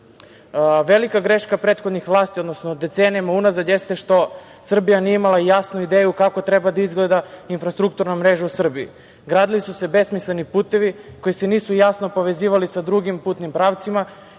kraju. Velika greška prethodnih vlasti, odnosno decenijama unazad, jeste što Srbija nije imala jasnu ideju kako treba da izgleda infrastrukturna mreža u Srbiji. Gradili su se besmisleni putevi koji su se nisu jasno povezivali sa drugim putnim pravcima